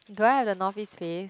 do I have the Northeast face